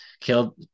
killed